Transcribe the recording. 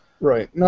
Right